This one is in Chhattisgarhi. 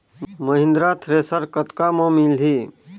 महिंद्रा थ्रेसर कतका म मिलही?